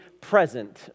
present